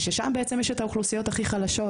ששם בעצם יש את האוכלוסיות הכי מוחלשות,